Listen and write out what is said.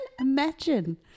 imagine